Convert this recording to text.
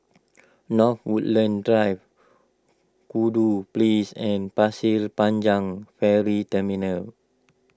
North Woodlands Drive Kudu Place and Pasir Panjang Ferry Terminal